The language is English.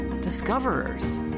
discoverers